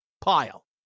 pile